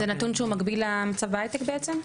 זה נתון שהוא מקביל למצב בהייטק בעצם?